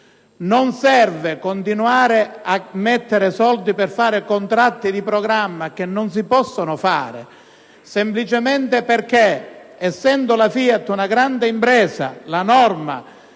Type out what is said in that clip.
Non serve continuare a investire soldi per fare contratti di programma, che non si possono fare semplicemente perché, essendo la FIAT una grande impresa, le